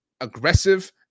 aggressive